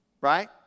right